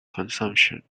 consumption